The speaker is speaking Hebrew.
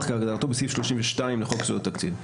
כהגדרתו בסעיף 32 לחוק יסודות התקציב.